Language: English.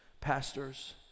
pastors